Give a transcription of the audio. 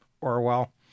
Orwell